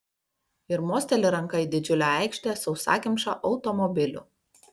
ir mosteli ranka į didžiulę aikštę sausakimšą automobilių